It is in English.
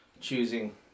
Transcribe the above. choosing